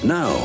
no